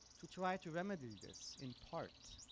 to try to remedy this in part